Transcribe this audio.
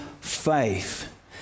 faith